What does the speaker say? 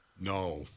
No